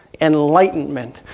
enlightenment